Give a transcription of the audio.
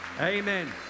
Amen